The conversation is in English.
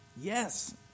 Yes